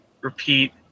repeat